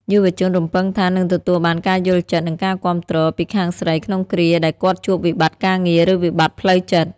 យុវជនរំពឹងថា នឹងទទួលបាន "ការយល់ចិត្ត និងការគាំទ្រ" ពីខាងស្រី ក្នុងគ្រាដែលគាត់ជួបវិបត្តិការងារ ឬវិបត្តិផ្លូវចិត្ត។